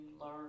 learn